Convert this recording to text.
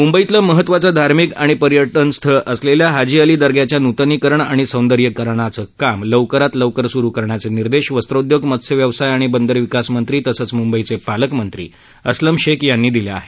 मुंबईतलं महत्त्वाचं धार्मिक आणि पर्यटन स्थळ असलेल्या हाजी अली दर्ग्याच्या नूतनीकरण आणि सौंदर्यीकरणाचं काम लवकरात लवकर सुरू करण्याचे निर्देश वस्त्रोद्योग मत्स्यव्यवसाय आणि बंदर विकास मंत्री तसच मुंबईचे पालकमंत्री अस्लम शेख यांनी दिले आहेत